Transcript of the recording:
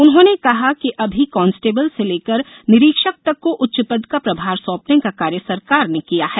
उन्होंने कहा कि अभी कांस्टेबल से लेकर निरीक्षक तक को उच्च पद का प्रभार सौंपने का कार्य सरकार ने किया है